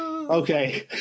Okay